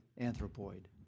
Anthropoid